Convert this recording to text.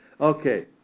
Okay